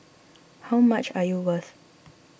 how much are you worth